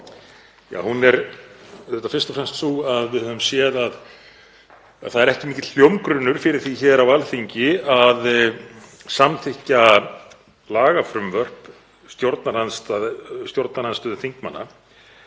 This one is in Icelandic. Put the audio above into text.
auðvitað fyrst og fremst sú að við höfum séð að það er ekki mikill hljómgrunnur fyrir því hér á Alþingi að samþykkja lagafrumvörp stjórnarandstöðuþingmanna